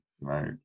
Right